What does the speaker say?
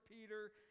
Peter